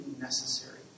Necessary